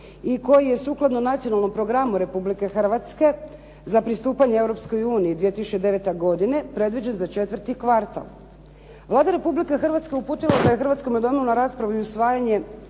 i koji je sukladno Nacionalnom programu Republike Hrvatske za pristupanje Europskoj uniji 2009. godine predviđen za četvrti kvartal. Vlada Republike Hrvatske uputila ga je Hrvatskome Saboru na raspravu i usvajanje